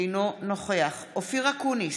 אינו נוכח אופיר אקוניס,